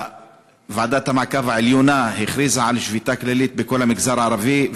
ועדת המעקב העליונה הכריזה על שביתה כללית בכל המגזר הערבי,